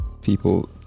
People